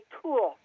tool